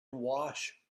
wash